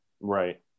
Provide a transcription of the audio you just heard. Right